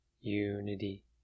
Unity